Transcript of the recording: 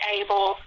able